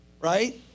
Right